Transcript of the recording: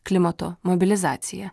klimato mobilizacija